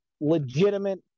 legitimate